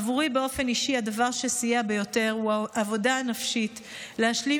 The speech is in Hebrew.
עבורי באופן אישי הדבר שסייע ביותר הוא העבודה הנפשית: להשלים